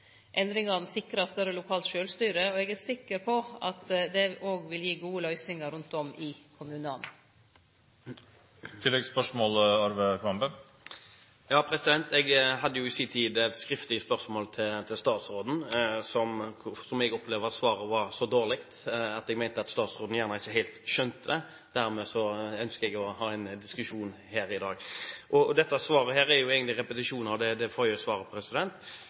større lokalt sjølvstyre, og eg er sikker på at dei òg vil gi gode løysingar rundt om i kommunane. Jeg hadde jo i sin tid et skriftlig spørsmål til statsråden, og jeg opplevde at svaret var så dårlig at jeg mente at statsråden gjerne ikke helt skjønte det. Dermed ønsker jeg å ha en diskusjon her i dag. Dette svaret er jo egentlig en repetisjon av det forrige svaret,